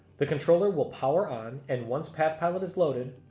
the controller will power on, and once palthpilot is loaded,